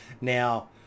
now